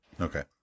Okay